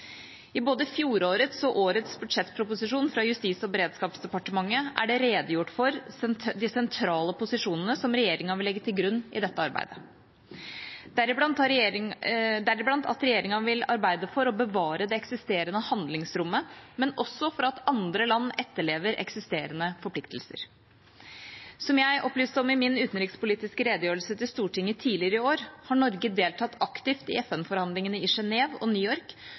I både fjorårets og årets budsjettproposisjon fra Justis- og beredskapsdepartementet er det redegjort for de sentrale posisjonene som regjeringa vil legge til grunn i dette arbeidet, deriblant at regjeringa vil arbeide for å bevare det eksisterende handlingsrommet, men også for at andre land etterlever eksisterende forpliktelser. Som jeg opplyste om i min utenrikspolitiske redegjørelse til Stortinget tidligere i år, har Norge deltatt aktivt i FN-forhandlingene i Genève og New York